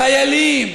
חיילים,